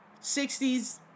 60s